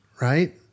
right